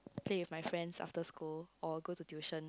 play with my friends after school or go to tuition